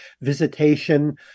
visitation